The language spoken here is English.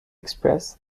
express